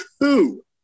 two